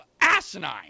asinine